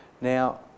now